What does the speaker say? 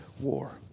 war